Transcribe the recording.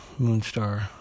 Moonstar